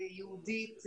יהודית